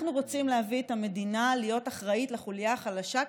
אנחנו רוצים להביא את המדינה להיות אחראית לחוליה החלשה,